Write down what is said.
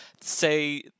say